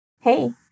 Hey